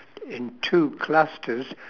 in two clusters